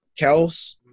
Kels